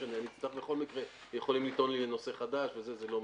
בכל מקרה יכולים לטעון נושא חדש, זה לא משנה.